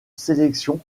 sélection